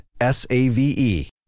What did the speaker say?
S-A-V-E